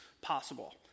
possible